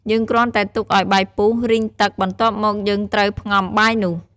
យើងគ្រាន់តែទុកឱ្យបាយពុះ រីងទឹក បន្ទាប់មកយើងត្រូវផ្ងំបាយនោះ។